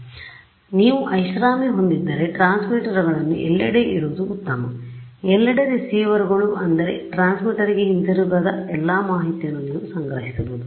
ಆದ್ದರಿಂದ ನೀವು ಐಷಾರಾಮಿ ಹೊಂದಿದ್ದರೆ ಟ್ರಾನ್ಸ್ಮಿಟರ್ಗಳನ್ನು ಎಲ್ಲೆಡೆ ಇಡುವುದು ಉತ್ತಮ ಎಲ್ಲೆಡೆ ರಿಸೀವರ್ಗಳು ಅಂದರೆ ಟ್ರಾನ್ಸ್ಮಿಟರ್ಗೆ ಹಿಂತಿರುಗದ ಎಲ್ಲಾ ಮಾಹಿತಿಯನ್ನು ನೀವು ಸಂಗ್ರಹಿಸಬಹುದು